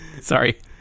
Sorry